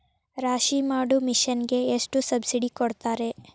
ರಾಶಿ ಮಾಡು ಮಿಷನ್ ಗೆ ಎಷ್ಟು ಸಬ್ಸಿಡಿ ಕೊಡ್ತಾರೆ?